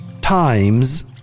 times